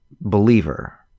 Believer